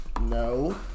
no